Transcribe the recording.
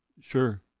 Sure